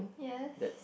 yes